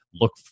look